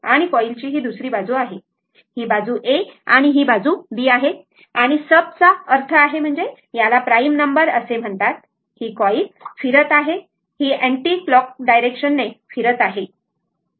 ही कॉईलची दुसरी बाजू आहे ही बाजू A आहे आणि ही बाजू B आहे आणि सब चा अर्थ आहे याला प्राइम नंबर असे म्हणतात ही कॉईल फिरत आहे ही अँटीक्लॉक डायरेक्शन ने फिरत आहे